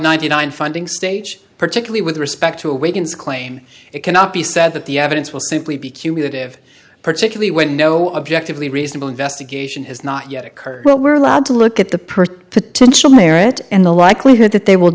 ninety nine finding stage particularly with respect to awakens claim it cannot be said that the evidence will simply be cumulative particularly when no objectively reasonable investigation has not yet occurred but we're allowed to look at the per potential merit and the likelihood that they will